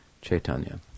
Chaitanya